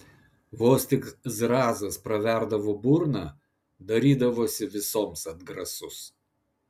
vos tik zrazas praverdavo burną darydavosi visoms atgrasus